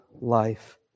life